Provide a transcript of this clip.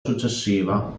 successiva